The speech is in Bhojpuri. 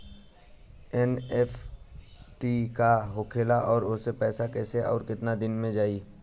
एन.ई.एफ.टी का होखेला और ओसे पैसा कैसे आउर केतना दिन मे जायी?